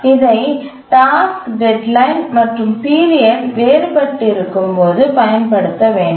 இதைப் task deadline மற்றும் period வேறுபட்டிருக்கும்போது பயன்படுத்த வேண்டும்